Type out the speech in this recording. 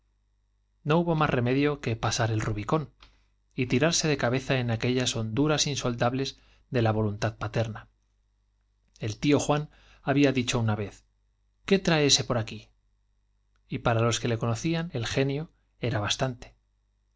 no hubo más remedio que pasar el rubicón y tirarse de cabeza en aquellas honduras insondables de la voluntad paterna el tío juan había dicho una vez qué trae ése por aquí y para los que le cono cían el genio era bastante